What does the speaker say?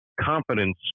confidence